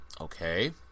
okay